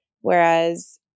whereas